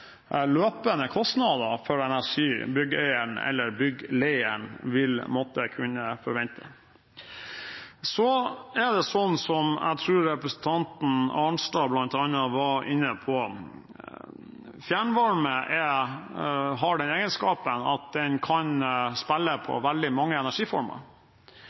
for energi byggeieren eller byggleieren vil måtte kunne forvente. Så er det sånn, som jeg tror bl.a. representanten Arnstad var inne på, at fjernvarme har den egenskapen at den kan spille på veldig mange energiformer.